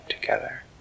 together